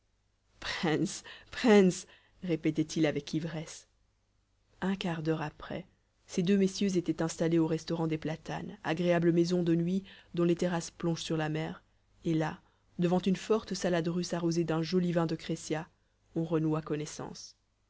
préince préince répétait-il avec ivresse un quart d'heure après ces deux messieurs étaient installés au restaurant des platanes agréable maison de nuit dont les terrasses plongent sur la mer et là devant une forte salade russe arrosée d'un joli vin de crescia on renoua connaissance